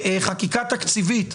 בחקיקה תקציבית,